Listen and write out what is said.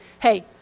hey